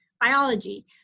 biology